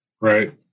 Right